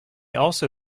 also